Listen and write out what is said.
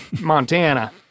Montana